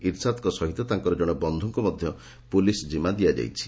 ଇର୍ସାଦଙ୍କ ସହିତ ତାଙ୍କର ଜଣେ ବନ୍ଧୁଙ୍କୁ ମଧ୍ୟ ପୁଲିସ୍ ଜିମା ଦିଆଯାଇଛି